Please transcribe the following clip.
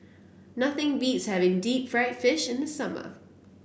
nothing beats having Deep Fried Fish in the summer